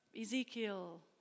Ezekiel